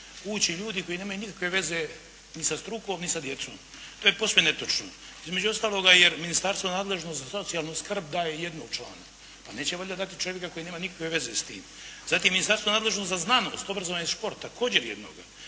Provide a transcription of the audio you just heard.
ući ljudi koji nemaju nikakve veze ni sa strukom, ni sa djecom. To je posve netočno, između ostaloga jer ministarstvo nadležno za socijalnu skrb daje jednog člana. Pa neće valjda dati čovjeka koji nema nikakve veze s tim. Zatim, ministarstvo nadležno za znanost, obrazovanje i šport, također jednoga.